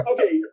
Okay